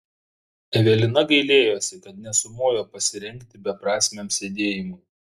evelina gailėjosi kad nesumojo pasirengti beprasmiam sėdėjimui